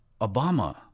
Obama